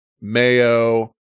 Mayo